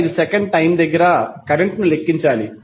5 second time దగ్గర current ను లెక్కించాలి